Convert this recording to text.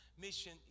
Mission